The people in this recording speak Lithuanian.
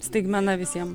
staigmena visiem